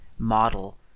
Model